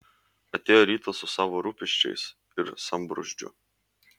atėjo rytas su savo rūpesčiais ir sambrūzdžiu